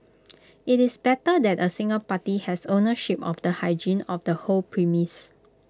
IT is better that A single party has ownership of the hygiene of the whole premise